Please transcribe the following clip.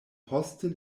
poste